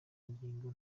ingingo